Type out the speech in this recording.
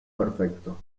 perfecto